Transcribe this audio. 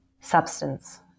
substance